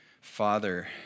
Father